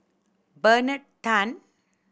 Bernard Tan